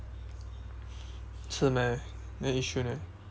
meh then yishun eh